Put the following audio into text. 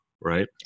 right